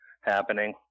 happening